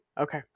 okay